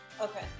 Okay